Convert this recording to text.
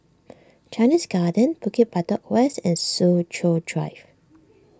Chinese Garden Bukit Batok West and Soo Chow Drive